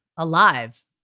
Alive